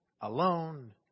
alone